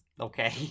Okay